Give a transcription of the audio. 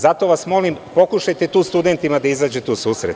Zato vas molim, pokušajte tu studentima da izađete u susret.